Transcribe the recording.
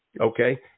okay